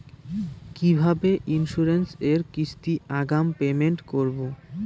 কিভাবে ইন্সুরেন্স এর কিস্তি আগাম পেমেন্ট করবো?